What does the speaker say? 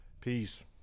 peace